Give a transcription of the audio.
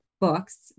books